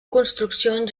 construccions